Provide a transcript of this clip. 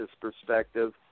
perspective